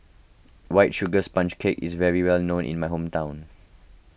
White Sugar Sponge Cake is well known in my hometown